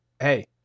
Hey